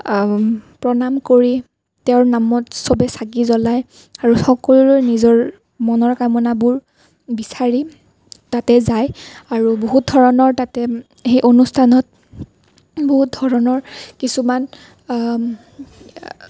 প্ৰণাম কৰি তেওঁৰ নামত সবে চাকি জ্বলায় আৰু সকলোৱে নিজৰ মনৰ কামনাবোৰ বিচাৰি তাতে যায় আৰু বহুত ধৰণৰ তাতে সেই অনুষ্ঠানত বহুত ধৰণৰ কিছুমান